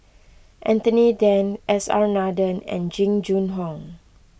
Anthony then S R Nathan and Jing Jun Hong